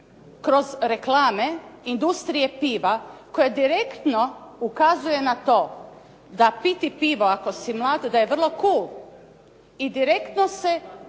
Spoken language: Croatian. kroz reklame industrije piva koje direktno ukazuje na to da piti pivo ako si mlad, da je vrlo cool i direktno se povezuje